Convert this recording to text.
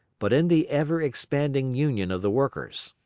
but in the ever-expanding union of the workers.